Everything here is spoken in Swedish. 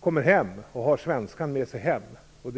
och sedan, när de kommer tillbaka till Sverige, ändå tala svenska.